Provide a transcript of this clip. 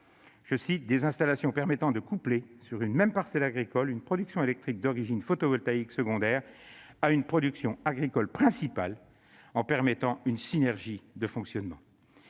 « des installations permettant de coupler sur une même parcelle agricole une production électrique d'origine photovoltaïque secondaire à une production agricole principale en permettant une synergie de fonctionnement ».